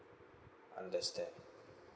understand